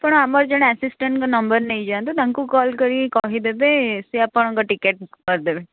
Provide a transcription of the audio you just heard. ଆପଣ ଆମର ଜଣେ ଆସିଷ୍ଟାଣ୍ଟଙ୍କ ନମ୍ବର ନେଇଯାଆନ୍ତୁ ତାଙ୍କୁ କଲ୍ କରି କହିଦେବେ ସେ ଆପଣଙ୍କ ଟିକେଟ୍ କରିଦେବେ